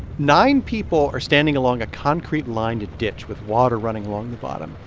nine people are standing along a concrete-lined ditch with water running along the bottom.